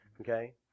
okay